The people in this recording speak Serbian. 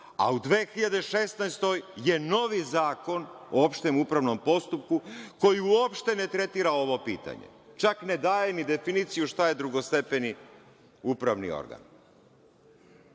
a u 2016. godini je novi Zakon o opštem upravnom postupku koji uopšte ne tretira ovo pitanje, čak ne daje ni definiciju šta je drugostepeni upravni organ.No,